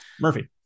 Murphy